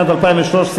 לשנת הכספים 2013,